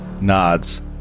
Nods